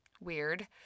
Weird